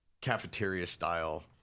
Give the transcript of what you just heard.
cafeteria-style